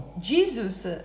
Jesus